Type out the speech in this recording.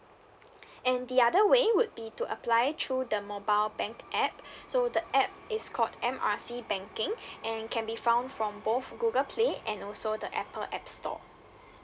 and the other way would be to apply through the mobile bank app so the app is called M R C banking and can be found from both google play and also the apple app store